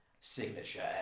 signature